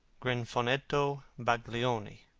grifonetto baglioni,